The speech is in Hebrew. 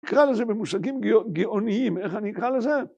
נקרא לזה במושגים גאוניים, איך אני אקרא לזה?